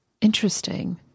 Interesting